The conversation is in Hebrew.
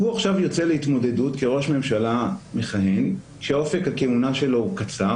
הוא עכשיו יוצא להתמודדות כראש ממשלה מכהן כשאופק הכהונה שלו קצר,